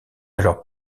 alors